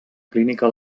clínica